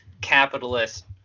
capitalist